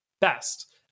best